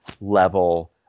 level